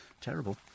Terrible